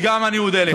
וגם כן אני אודה לך,